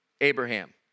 Abraham